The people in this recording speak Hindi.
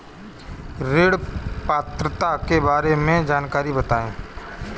ऋण पात्रता के बारे में जानकारी बताएँ?